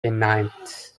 einnimmt